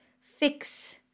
fix